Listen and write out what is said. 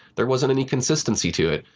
there wasn't any consistency to it.